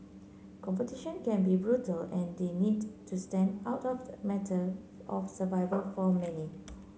competition can be brutal and the need to stand out of a matter of survival for many